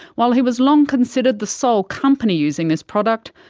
while he was long considered the sole company using this product,